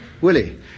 Willie